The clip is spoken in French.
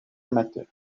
amateur